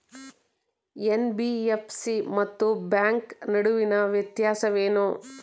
NBFC ಮತ್ತು bank ನಡುವಿನ ವ್ಯತ್ಯಾಸವೇನು?